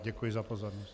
Děkuji za pozornost.